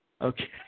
Okay